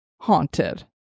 haunted